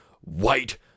white